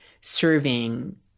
serving